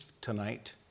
tonight